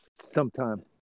sometime